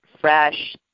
Fresh